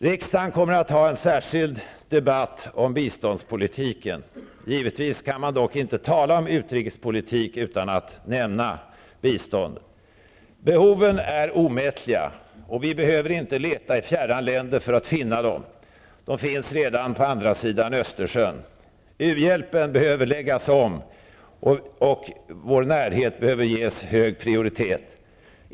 Riksdagen kommer att ha en särskild debatt om biståndspolitiken, men givetvis kan man inte tala om utrikespolitik utan att nämna biståndet. Behoven är omätliga, och vi behöver inte leta i fjärran länder för att finna dem -- de finns redan på andra sidan Östersjön. U-hjälpen behöver läggas om, och områden i vår närhet behöver ges hög prioritet.